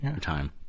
time